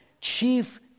chief